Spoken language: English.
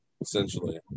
Essentially